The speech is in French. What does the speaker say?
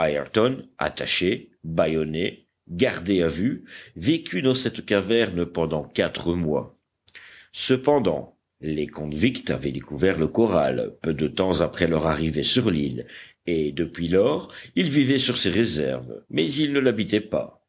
attaché bâillonné gardé à vue vécut dans cette caverne pendant quatre mois cependant les convicts avaient découvert le corral peu de temps après leur arrivée sur l'île et depuis lors ils vivaient sur ses réserves mais ils ne l'habitaient pas